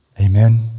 Amen